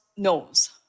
knows